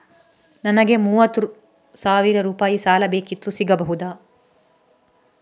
ನನಗೆ ಮೂವತ್ತು ಸಾವಿರ ರೂಪಾಯಿ ಸಾಲ ಬೇಕಿತ್ತು ಸಿಗಬಹುದಾ?